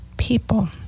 people